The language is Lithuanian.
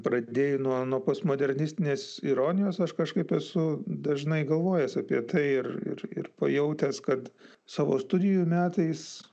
pradėjai nuo postmodernistinės ironijos aš kažkaip esu dažnai galvojęs apie tai ir ir pajautęs kad savo studijų metais